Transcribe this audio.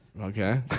Okay